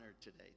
today